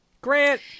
Grant